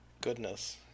Goodness